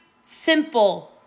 simple